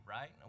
right